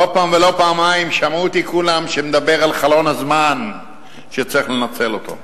לא פעם ולא פעמיים שמעו אותי כולם מדבר על חלון הזמן שצריך לנצל אותו.